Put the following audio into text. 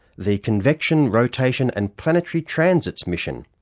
the convection, rotation and planetary transits mission.